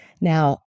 Now